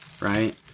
right